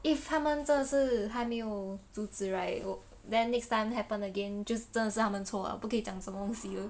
if 他们真的是还没有阻止 right 我 then next time happen again 就真的是他们错 liao 不可以讲什么东西